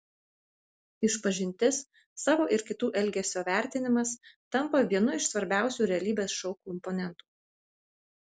išpažintis savo ir kitų elgesio vertinimas tampa vienu iš svarbiausių realybės šou komponentų